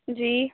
جی